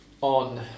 on